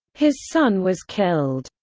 his son was killed.